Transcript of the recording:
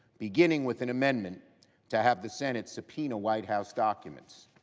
beginning with an amendment to have the senate subpoena white house documents.